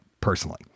personally